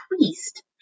increased